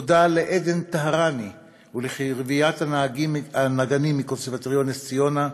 תודה לעדן טהרני ולרביעיית הנגנים מקונסרבטוריון נס ציונה,